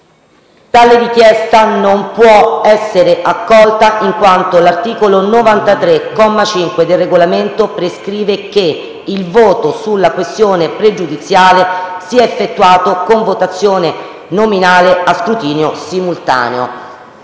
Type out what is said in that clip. Tale richiesta non può essere accolta in quanto l'articolo 93, comma 5, del Regolamento prescrive che il voto sulla questione pregiudiziale sia effettuato con votazione nominale a scrutinio simultaneo.